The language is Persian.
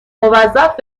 موظف